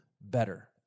better